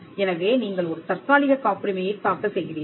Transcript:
எனவே நீங்கள் ஒரு தற்காலிகக் காப்புரிமையைத் தாக்கல் செய்கிறீர்கள்